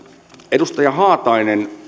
edustaja haatainen